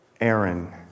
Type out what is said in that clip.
Aaron